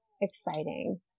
exciting